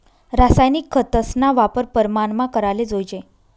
रासायनिक खतस्ना वापर परमानमा कराले जोयजे